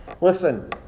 listen